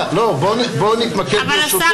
מתכבד להזמין את שר הבריאות חבר הכנסת יעקב